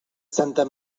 santa